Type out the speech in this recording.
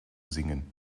singen